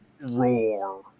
roar